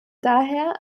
daher